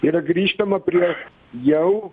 yra grįžtama prie jau